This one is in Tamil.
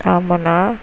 ஆமாண்ணா